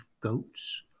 goats